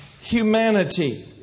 humanity